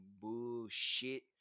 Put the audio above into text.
bullshit